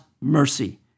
mercy